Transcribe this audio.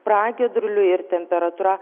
pragiedruliai ir temperatūra